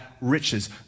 riches